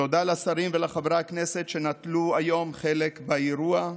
תודה לשרים ולחברי הכנסת שנטלו היום חלק באירוע.